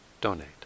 donate